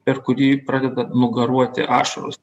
per kurį pradeda nugaruoti ašaros